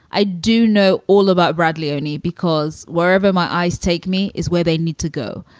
i do know all about bradley only because wherever my eyes take me is where they need to go.